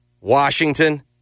Washington